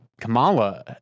Kamala